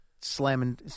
slamming